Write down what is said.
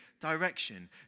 direction